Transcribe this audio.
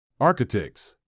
Architects